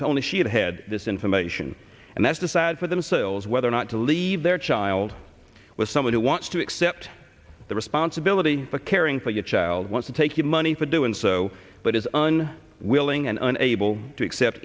if only she had had this information and that's decide for themselves whether or not to leave their child with someone who wants to accept the responsibility for caring for your child want to take the money for doing so but is on willing and able to accept